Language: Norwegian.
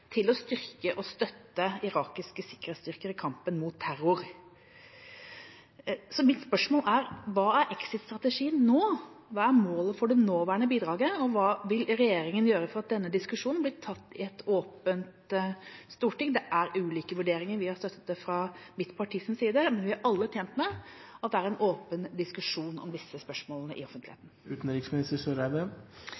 til å styrke og støtte irakiske sikkerhetsstyrker i kampen mot terror. Mitt spørsmål er: Hva er exit-strategien nå, hva er målet for det nåværende bidraget, og hva vil regjeringa gjøre for at denne diskusjonen blir tatt i et åpent storting? Det er ulike vurderinger, vi har støttet det fra mitt partis side, men vi er alle tjent med at det er en åpen diskusjon i offentligheten om disse spørsmålene.